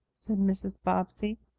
said mrs. bobbsey.